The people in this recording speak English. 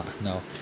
No